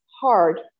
hard